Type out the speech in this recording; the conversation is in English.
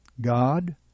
God